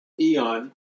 eon